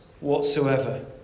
whatsoever